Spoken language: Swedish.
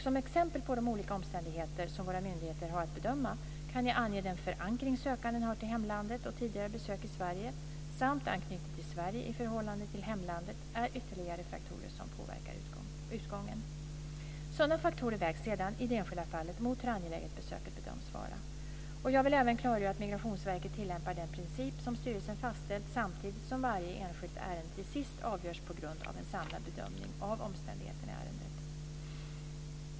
Som exempel på de olika omständigheter som våra myndigheter har att bedöma kan jag ange den förankring sökanden har till hemlandet och tidigare besök i Sverige samt anknytning till Sverige i förhållande till hemlandet. Det är ytterligare faktorer som påverkar utgången. Sådana faktorer vägs sedan, i det enskilda fallet, mot hur angeläget besöket bedöms vara. Jag vill även klargöra att Migrationsverket tillämpar den praxis som styrelsen fastställt, samtidigt som varje enskilt ärende till sist avgörs på grund av en samlad bedömning av omständigheterna i ärendet.